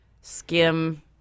skim –